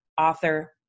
author